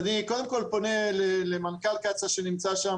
אני קודם כל פונה למנכ"ל קצא"א שנמצא שם,